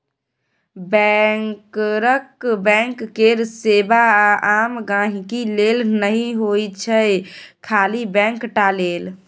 बैंकरक बैंक केर सेबा आम गांहिकी लेल नहि होइ छै खाली बैंक टा लेल